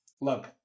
Look